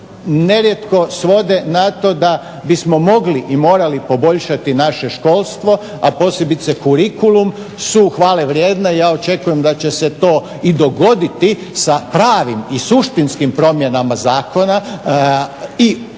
nerijetko svode na to da bismo mogli i morali poboljšati naše školstvo, a posebice curicullum su hvalevrijedne. Ja očekujem da će se to i dogoditi sa pravim i suštinskim promjenama zakona i drugih